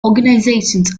organisations